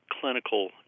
clinical